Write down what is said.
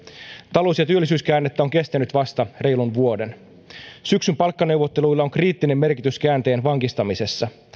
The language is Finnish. talous ja työllisyyskäännettä on kestänyt vasta reilun vuoden syksyn palkkaneuvotteluilla on kriittinen merkitys käänteen vankistamisessa